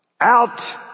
Out